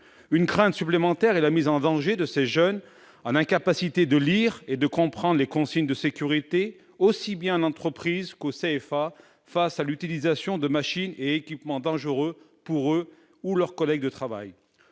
Une crainte supplémentaire est la mise en danger de ces jeunes, dans l'incapacité de lire et de comprendre les consignes de sécurité, aussi bien en entreprise qu'au CFA, face à l'utilisation de machines et des équipements dangereux pour eux ou leurs collègues de travail.